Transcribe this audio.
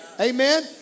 amen